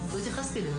ולראות קצת נתונים.